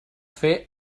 fer